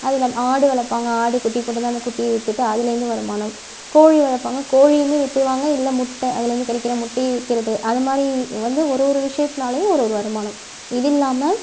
அதில் ஆடு வளர்ப்பாங்க ஆடு குட்டி போட்டுருந்தா அந்த குட்டியை விற்றுட்டு அதுலேருந்து வருமானம் கோழி வளர்ப்பாங்க கோழியும் விற்றுருவாங்க இல்லை முட்டை அதுலேருந்து கிடைக்கிற முட்டையை விற்கிறது அது மாதிரி வந்து ஒரு ஒரு விஷயத்னாலேயும் ஒரு ஒரு வருமானம் இது இல்லாமல்